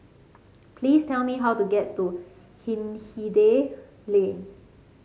please tell me how to get to Hindhede Lane